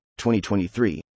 2023